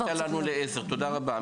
היית לנו לעזר, תודה רבה.